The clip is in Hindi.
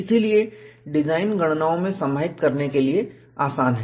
इसलिए डिजाइन गणनाओं में समाहित करने के लिए आसान है